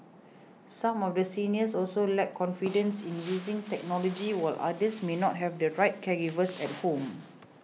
some of the seniors also lack confidence in using technology while others may not have the right caregivers at home